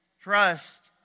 trust